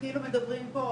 מדברים פה,